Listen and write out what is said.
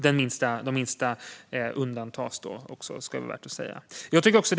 Det är värt att säga att de minsta undantas.